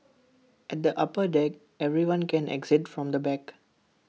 at the upper deck everyone can exit from the back